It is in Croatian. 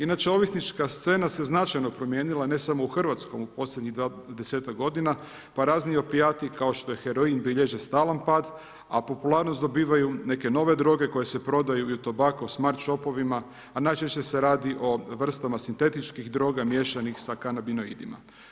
Inače, ovisnička scena se značajno promijenila, ne samo u Hrvatskoj u posljednjih 10-ak godina, pa razni opijati kao što je heroin bilježe stalan pad, a popularnost dobivaju neke nove droge koje se prodaju i u tobacco smart shopovima, a najčešće se radi o vrstama sintetičkih droga miješanih sa kanabinoidima.